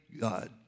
God